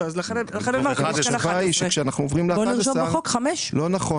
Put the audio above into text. אם יש 11, בוא נרשום בחוק חמש.